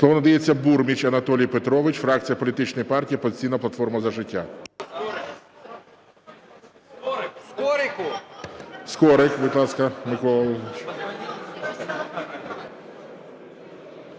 Слово надається Бурмічу Анатолію Петровичу, фракція Політичної партії "Опозиційна платформа – За життя".